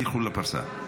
תלכו לפרסה.